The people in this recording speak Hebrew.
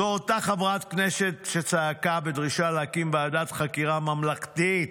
זו אותה חברת כנסת שצעקה בדרישה להקים ועדת חקירה ממלכתית,